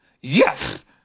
Yes